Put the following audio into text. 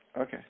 Okay